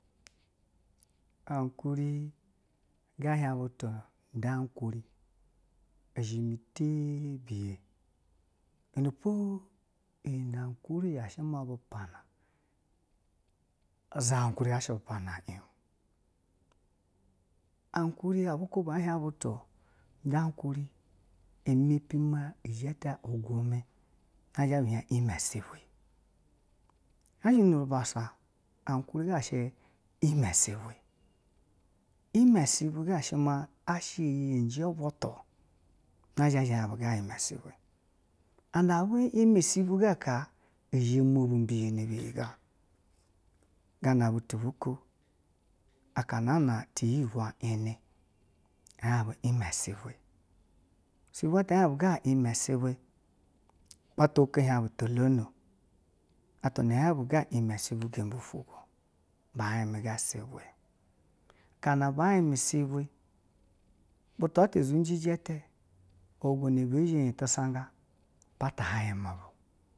I kuri ga hien butu nda kuri izhi me tibiye iyinepo an kuri za shi ma bu pana, zha wa kuri zha shi ma bu pana un, akuri abu kuba hien bufu nda kuri ɛme pi ma ija ngume na abu hien ɛma isebwe a hien nu rubassa kuri ga ɛma isebwe ɛma isebwe ga shi ma asha iyi nja butu na zha ɛ zha hien bu ga ɛma isebwe, an then abu ɛme isebwe ga ka’a zha ma bi biyono beyi ga, gana butu iko nana iyi ibwe ine, a hien bu ɛma isebwe, isebwe ata ehien bu go ɛma isebwe, atwa iko hien bu tohomo. Atwa na ihien bu gan ɛma isebwe gembi ufugwo waa ba ɛma isebwe, akana ba ɛma isebwe, butu atwa zunji ijate, ohigona bezhi un tisanga fatahayn mobo.